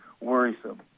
worrisome